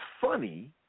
funny